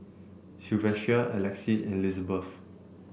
Silvester Alexys and Lizbeth